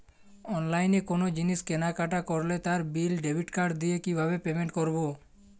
অনলাইনে কোনো জিনিস কেনাকাটা করলে তার বিল ডেবিট কার্ড দিয়ে কিভাবে পেমেন্ট করবো?